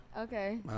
Okay